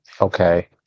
okay